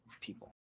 people